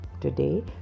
Today